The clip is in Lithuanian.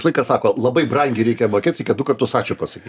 visą laiką sako labai brangiai reikia mokėt reikia du kartus ačiū pasakyt